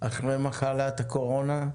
אחרי מחלת הקורונה.